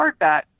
hardback